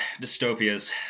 dystopias